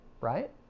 right